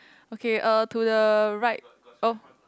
okay uh to the right oh